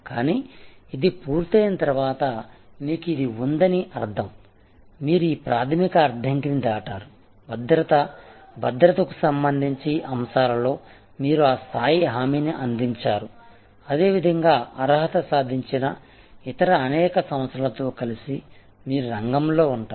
కానీ ఇది పూర్తయిన తర్వాత మీకు ఇది ఉందని అర్థం మీరు ఈ ప్రాథమిక అడ్డంకిని దాటారు భద్రత భద్రతకు సంబంధించి అంశాలలో మీరు ఆ స్థాయి హామీని అందించారు అదేవిధంగా అర్హత సాధించిన ఇతర అనేక సంస్థలతో కలిసి మీరు రంగంలో ఉంటారు